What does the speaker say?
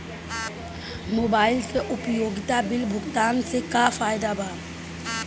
Mobile से उपयोगिता bill भुगतान से का फायदा बा?